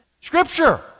Scripture